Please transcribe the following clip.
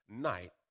night